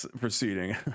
Proceeding